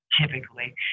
Typically